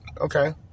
Okay